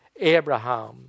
Abraham